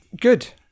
Good